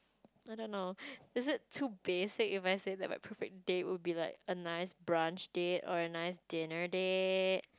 I don't know is it too basic if I say that my perfect date would be like a nice brunch date or a nice dinner date